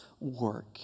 work